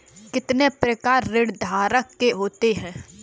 कितने प्रकार ऋणधारक के होते हैं?